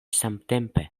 samtempe